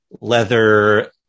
leather